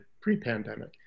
pre-pandemic